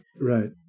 right